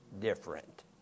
different